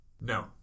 No